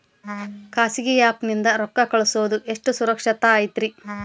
ಖಾಸಗಿ ಆ್ಯಪ್ ನಿಂದ ರೊಕ್ಕ ಕಳ್ಸೋದು ಎಷ್ಟ ಸುರಕ್ಷತಾ ಐತ್ರಿ?